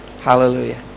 Hallelujah